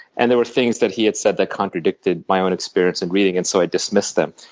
and there were things that he had said that contradicted my own experience and reading and so i dismissed them.